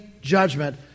judgment